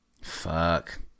Fuck